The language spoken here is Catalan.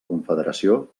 confederació